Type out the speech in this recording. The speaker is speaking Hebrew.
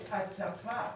יש הצפה